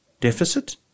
deficit